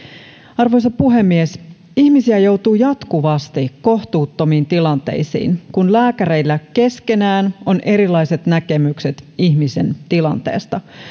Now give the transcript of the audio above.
arvoisa puhemies ihmisiä joutuu jatkuvasti kohtuuttomiin tilanteisiin kun lääkäreillä keskenään on erilaiset näkemykset ihmisen tilanteesta